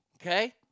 Okay